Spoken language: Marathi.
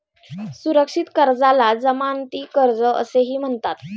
सुरक्षित कर्जाला जमानती कर्ज असेही म्हणतात